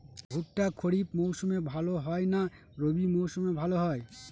ভুট্টা খরিফ মৌসুমে ভাল হয় না রবি মৌসুমে ভাল হয়?